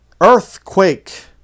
earthquake